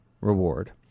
reward